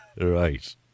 Right